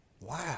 Wow